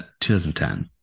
2010